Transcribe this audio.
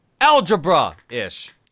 Algebra-ish